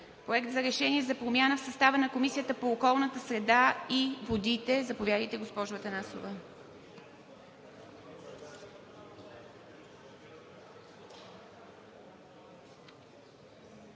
Проект на решение за промяна в състава на Комисията по околната среда и водите. Заповядайте, госпожо Атанасова.